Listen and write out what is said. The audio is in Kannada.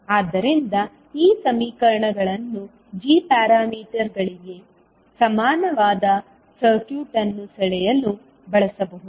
ಆದ್ದರಿಂದ ಈ ಸಮೀಕರಣಗಳನ್ನು g ಪ್ಯಾರಾಮೀಟರ್ಗಳಿಗೆ ಸಮಾನವಾದ ಸರ್ಕ್ಯೂಟ್ ಅನ್ನು ಸೆಳೆಯಲು ಬಳಸಬಹುದು